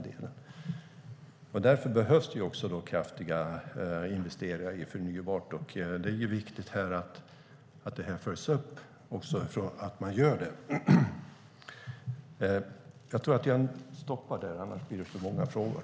Därför behövs kraftiga investeringar i förnybart, och då är det viktigt att man följer upp att så verkligen sker.